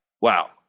wow